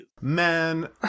Man